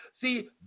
see